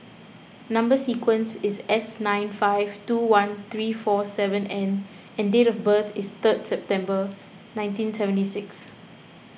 Number Sequence is S nine five two one three four seven N and date of birth is third September nineteen seventy six